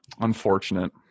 Unfortunate